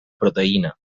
proteïna